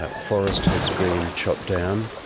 forest has been chopped down,